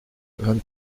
vingt